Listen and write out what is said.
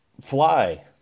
fly